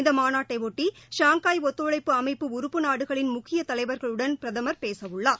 இந்த மாநாட்டையாட்டி ஷாங்காய் ஒத்துழைப்பு அமைப்பு உறுப்பு நாடுகளின் முக்கிய தலைவர்களுடன் பிரதமர் பேச உள்ளார்